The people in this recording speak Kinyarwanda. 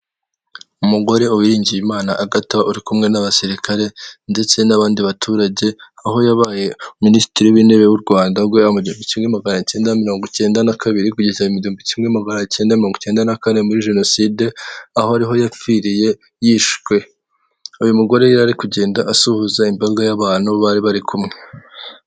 Umugore Uwiringiyimana Agatha uri kumwe n'abasirikare ndetse n'abandi baturage aho yabaye minisitiri w'intebe w'u Rwanda guhera mu gihumbi kimwe magana acyenda mirongo icyenda na kabiri kugeza mu bihumbi kimwe magana acyenda na mirongo icyenda na kane muri jenoside aho ariho yapfiriye yishwe, uyu mugore yari ari kugenda asuhuza imbaga y'abantu bari bari kumwe .